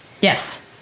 Yes